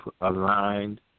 aligned